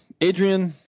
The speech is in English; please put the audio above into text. Adrian